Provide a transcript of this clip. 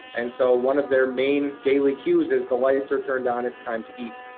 and so one of their main daily cues is the lights are turned on, it's time to eat.